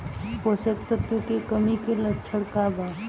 पोषक तत्व के कमी के लक्षण का वा?